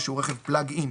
ושהוא רכב פלאג-אין,